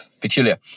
peculiar